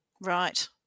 Right